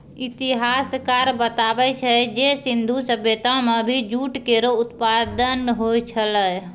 इतिहासकार बताबै छै जे सिंधु सभ्यता म भी जूट केरो उत्पादन होय छलै